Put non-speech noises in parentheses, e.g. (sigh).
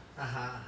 (laughs)